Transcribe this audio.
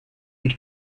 and